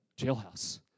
jailhouse